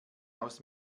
aus